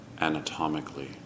anatomically